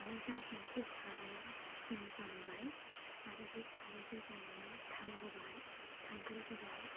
आलदा मोनसे सारायाव जोङो जानबाय आरो बे सारायखौ जाननानै थाव होबाय संख्रि होबाय